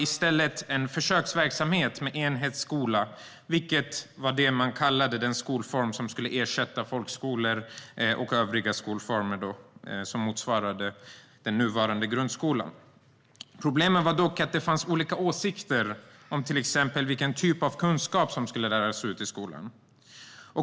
I stället hade man en försöksverksamhet med enhetsskola, vilket man kallade den skolform som skulle ersätta folkskolor och övriga skolformer som motsvarade den nuvarande grundskolan. Problemet var att det fanns olika åsikter om till exempel vilken typ av kunskap som skulle läras ut i skolan.